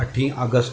अठीं अगस्त